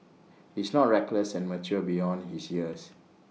he's not reckless and mature beyond his years